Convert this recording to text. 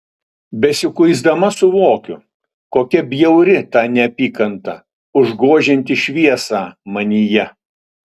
besikuisdama suvokiu kokia bjauri ta neapykanta užgožianti šviesą manyje